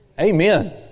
Amen